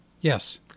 Yes